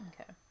Okay